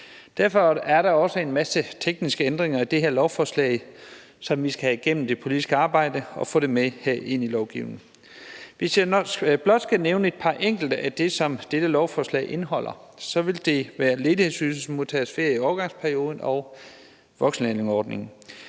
Derfor er der også en masse tekniske ændringer i det her lovforslag, som vi skal have igennem det politiske arbejde og få med ind i lovgivningen. Hvis jeg blot skal nævne et par enkelte elementer af det, som dette lovforslag indeholder, vil det være ledighedsydelsesmodtageres ferie i overgangsperioden og voksenlærlingeordningen.